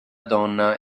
donna